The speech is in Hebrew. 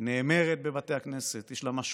היא נאמרת בבתי הכנסת, יש לה משמעות